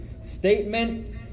statements